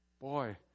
Boy